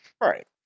Right